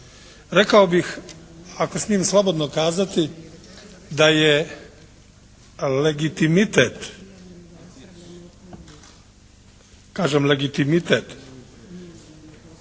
Rekao bih, ako smijem slobodno kazati da je legitimitet, kažem legitimitet